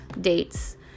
dates